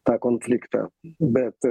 tą konfliktą bet